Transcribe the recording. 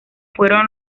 fueron